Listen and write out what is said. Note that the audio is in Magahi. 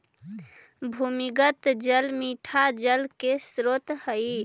भूमिगत जल मीठा जल के स्रोत हई